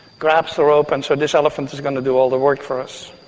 grabs the rope, and so this elephant is going to do all the work for us.